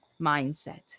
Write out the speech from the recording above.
mindset